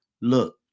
Look